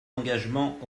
engagements